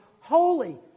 holy